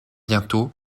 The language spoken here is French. bientôt